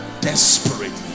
desperately